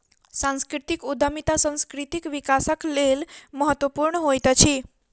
सांस्कृतिक उद्यमिता सांस्कृतिक विकासक लेल महत्वपूर्ण होइत अछि